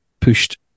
pushed